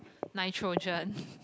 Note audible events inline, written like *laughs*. nitrogen *laughs*